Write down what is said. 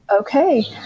Okay